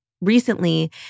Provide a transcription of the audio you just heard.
recently